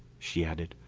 she added,